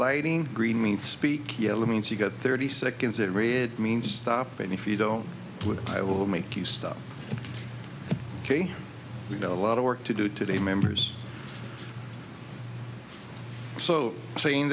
lighting green means speak yellow means you've got thirty seconds that red means stop and if you don't i will make you stop ok you know a lot of work to do today members so saying